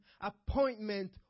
appointment